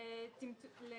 של